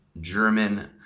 German